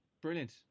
Brilliant